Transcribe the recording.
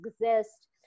exist